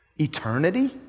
Eternity